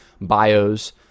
bios